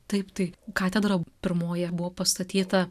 taip tai katedra pirmoja buvo pastatyta